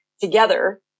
together